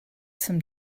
some